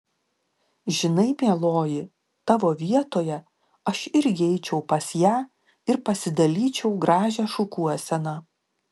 žinai mieloji tavo vietoje aš irgi eičiau pas ją ir pasidalyčiau gražią šukuoseną